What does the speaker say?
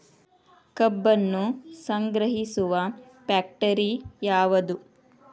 ಕಬ್ಬನ್ನು ಸಂಗ್ರಹಿಸುವ ಫ್ಯಾಕ್ಟರಿ ಯಾವದು?